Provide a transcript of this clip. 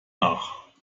nach